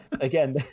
again